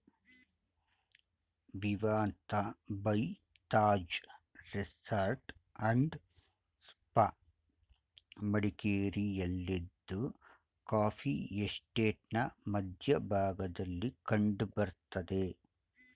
Vivanta by Taj resort and spa ಮಡಿಕೇರಿಯಲ್ಲಿದ್ದು coffee ಎಸ್ಟೇಟ್ನ ಮಧ್ಯ ಭಾಗದಲ್ಲಿ ಕಂಡ್ ಬರ್ತದೆ